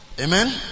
Amen